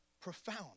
profound